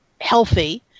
healthy